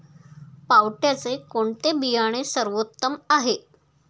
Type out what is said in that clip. पावट्याचे कोणते बियाणे सर्वोत्तम आहे?